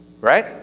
right